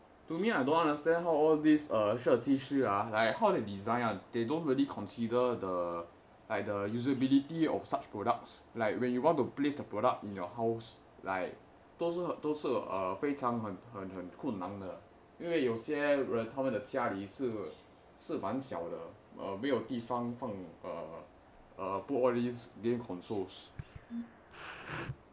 to me I don't understand how all these uh 设计师啊 how they design [one] they don't really consider the like the usability of such products like when you want to place the product in your house like 都是都是非常很很很困难的因为有些人他们的家里是是蛮小的没有地方 err err put all these game consoles